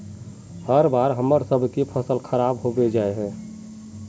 हर बार हम्मर सबके फसल खराब होबे जाए है?